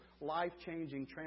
life-changing